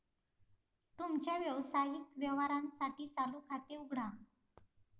तुमच्या व्यावसायिक व्यवहारांसाठी चालू खाते उघडा